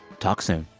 talk soon